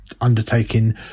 undertaking